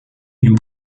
une